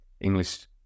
English